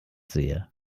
sehe